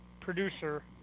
producer